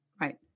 Right